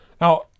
Now